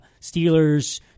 Steelers